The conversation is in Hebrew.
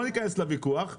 לא ניכנס לוויכוח,